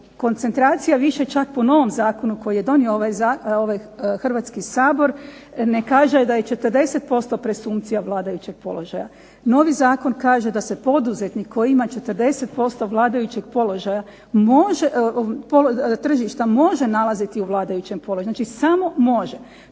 Koncentracija više čak po novom zakonu koji je donio ovaj Hrvatski sabor ne kaže da je 40% presumpcija vladajućeg položaja. Novi zakon kaže da se poduzetnik koji ima 40% vladajućeg položaja, tržišta može nalaziti u vladajućem položaju. Znači, samo može.